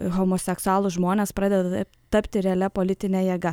homoseksualūs žmonės pradeda tapti realia politine jėga